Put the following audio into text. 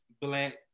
black